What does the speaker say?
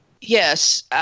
Yes